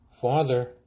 father